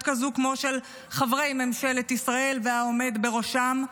כזאת כמו של חברי ממשלת ישראל והעומד בראשם,